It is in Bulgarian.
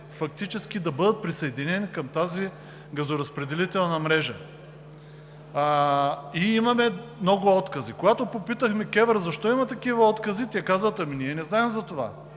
да бъдат присъединени към тази газоразпределителна мрежа. И имаме много откази. Когато попитахме КЕВР защо има такива откази, те казват: ами ние не знаем за това,